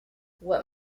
what